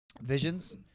Visions